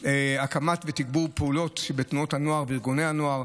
הוקמו ותוגברו פעולות בתנועות הנוער ובארגוני הנוער,